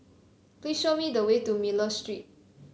please show me the way to Miller Street